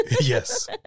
Yes